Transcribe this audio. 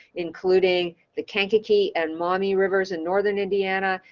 including the kankakee and maumee rivers in northern indiana,